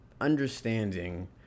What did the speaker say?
understanding